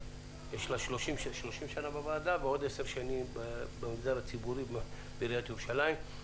יש לה 30 שנה בוועדה ועוד עשר במגזר הציבורי בעיריית ירושלים.